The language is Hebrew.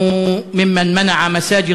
מנוּוָלים מכול הם החוסמים את מסגדי